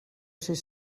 sis